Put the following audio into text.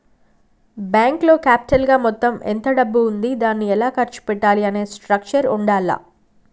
బ్యేంకులో క్యాపిటల్ గా మొత్తం ఎంత డబ్బు ఉంది దాన్ని ఎలా ఖర్చు పెట్టాలి అనే స్ట్రక్చర్ ఉండాల్ల